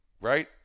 right